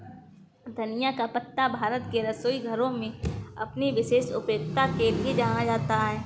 धनिया का पत्ता भारत के रसोई घरों में अपनी विशेष उपयोगिता के लिए जाना जाता है